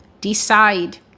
decide